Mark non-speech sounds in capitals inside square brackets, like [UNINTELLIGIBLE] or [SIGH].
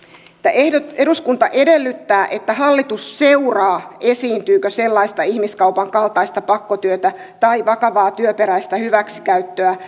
eduskunta edellyttää että hallitus seuraa esiintyykö sellaista ihmiskaupan kaltaista pakkotyötä tai vakavaa työperäistä hyväksikäyttöä [UNINTELLIGIBLE]